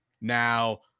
now